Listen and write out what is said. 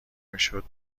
میشد